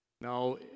Now